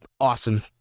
awesome